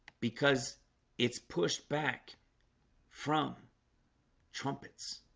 because it's pushed back from trumpets